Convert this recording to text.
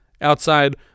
Outside